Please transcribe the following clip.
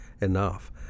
enough